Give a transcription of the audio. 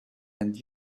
and